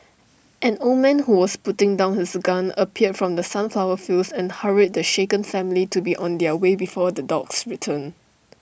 an old man who was putting down his gun appeared from the sunflower fields and hurried the shaken family to be on their way before the dogs return